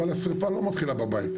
אבל השריפה לא מתחילה בבית,